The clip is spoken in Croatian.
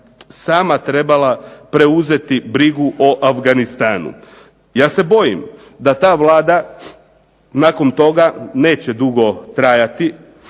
sama trebala preuzeti brigu o Afganistanu. Ja se bojim da ta vlada nakon toga neće dugo trajati.